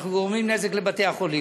אנחנו גורמים נזק לבתי-החולים.